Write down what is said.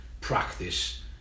practice